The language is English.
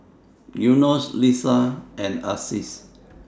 Yunos Lisa and Aziz